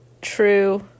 true